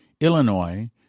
Illinois